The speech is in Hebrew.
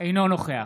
אינו נוכח